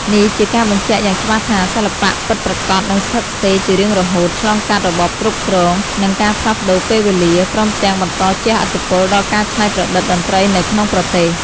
នេះជាការបញ្ជាក់យ៉ាងច្បាស់ថា សិល្បៈពិតប្រាកដនឹងស្ថិតស្ថេរជារៀងរហូត ឆ្លងកាត់របបគ្រប់គ្រង និងការផ្លាស់ប្ដូរពេលវេលា ព្រមទាំងបន្តជះឥទ្ធិពលដល់ការច្នៃប្រឌិតតន្ត្រីនៅក្នុងប្រទេស។